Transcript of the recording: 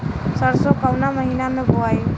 सरसो काउना महीना मे बोआई?